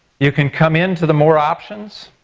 you can come into the more options,